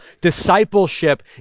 Discipleship